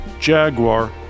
Jaguar